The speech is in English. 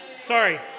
sorry